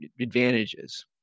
advantages